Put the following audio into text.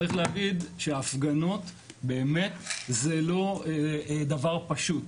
צריך להגיד שההפגנות זה לא דבר פשוט,